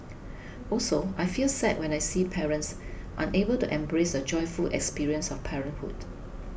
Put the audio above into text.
also I feel sad when I see parents unable to embrace the joyful experience of parenthood